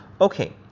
okay